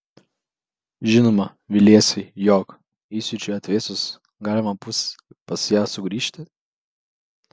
žinoma viliesi jog įsiūčiui atvėsus galima bus pas ją sugrįžti